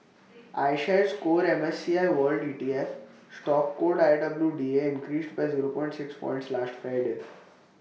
iShares core M S C I world E T F stock code I W D A increased by zero point six points last Friday